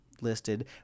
listed